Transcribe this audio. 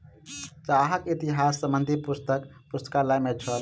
चाहक इतिहास संबंधी पुस्तक पुस्तकालय में छल